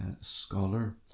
scholar